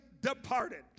departed